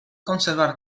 conservar